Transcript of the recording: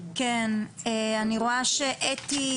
אני רואה שאתי